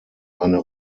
eine